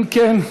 אם כן,